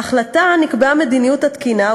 בהחלטה נקבעה מדיניות התקינה,